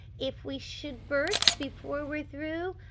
if we should burst before we're through,